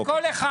שכל אחד